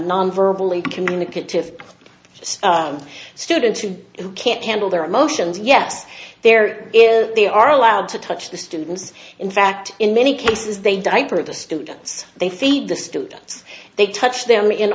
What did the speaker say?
nonverbally communicative stun students who can't handle their motions yes there is they are allowed to touch the students in fact in many cases they diaper the students they feed the students they touch them in